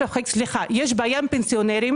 סליחה, יש בעיה עם הפנסיונרים.